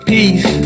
Peace